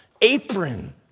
apron